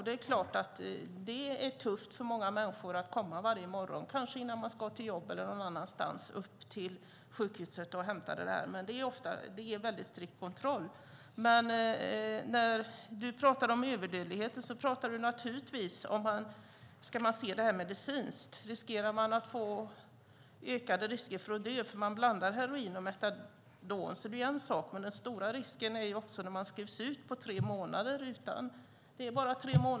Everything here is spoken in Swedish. Det är klart att det är tufft för många människor att komma upp till sjukhuset och hämta det där varje morgon, kanske innan de ska till jobbet eller någon annanstans. Det är väldigt strikt kontroll. När Metin Ataseven talar om överdödligheten handlar det om ifall vi ska se det medicinskt, om vi riskerar att få ökad dödlighet när heroin och metadon blandas. Det är en sak, men den stora risken är när man skrivs ut på tre månader.